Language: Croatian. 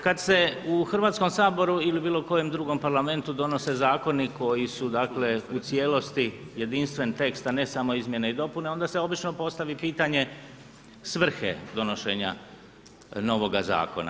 Kad se u Hrvatskom saboru ili bilo kojem drugom Parlamentu donose zakoni koji su dakle u cijelosti jedinstven tekst, a ne samo izmjene i dopune onda se obično postavi pitanje svrhe donošenja novoga zakona.